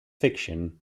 fiction